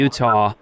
Utah